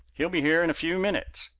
he'll be here in a few minutes.